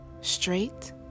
straight